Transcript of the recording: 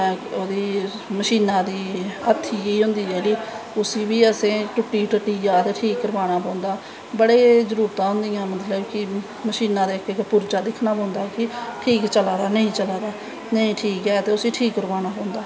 मशीनां दी हत्थी जेही होंदी जेह्ड़ी उसी बी असें टुट्टी टट्टी जा ते ठीक करवानां पौंदा असैं बड़ी जरूरतां होंदियां मशीनां दा इक इक पुर्जा दिक्खनां पौंदा कि ठीक चला दा नेई चला दा नेंई ठीक ऐ ते उसी ठीक करवानां पौंदा